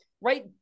right